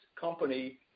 company